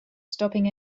stopping